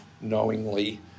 knowingly